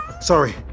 sorry